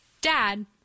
Dad